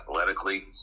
athletically